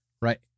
right